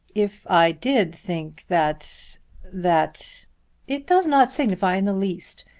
if i did think that that it does not signify in the least.